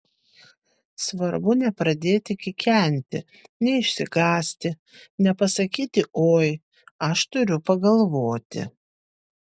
svarbu nepradėti kikenti neišsigąsti nepasakyti oi aš turiu pagalvoti